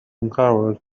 uncovered